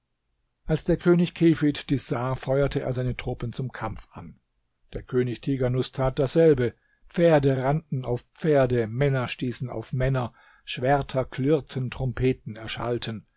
als der könig kefid dies sah feuerte er seine truppen zum kampf an der könig tighanus tat dasselbe pferde rannten auf pferde männer stießen auf männer schwerter klirrten trompeten erschallten